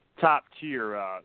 top-tier